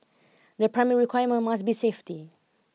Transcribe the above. the primary requirement must be safety